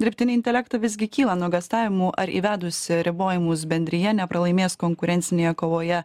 dirbtinį intelektą visgi kyla nuogąstavimų ar įvedusi ribojimus bendrija nepralaimės konkurencinėje kovoje